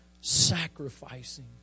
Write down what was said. sacrificing